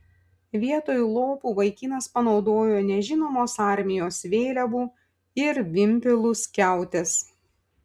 vietoj lopų vaikinas panaudojo nežinomos armijos vėliavų ir vimpelų skiautes